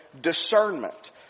discernment